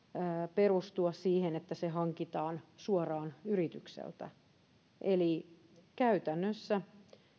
perustua siihen että se hankitaan suoraan yritykseltä eli käytännössä